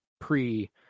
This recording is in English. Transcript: pre